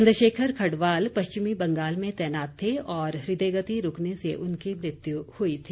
चंद्रशेखर खडवाल पश्चिम बंगाल में तैनात थे और हृदयगति रूकने से उनकी मृत्यु हुई थी